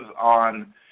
on